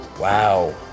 Wow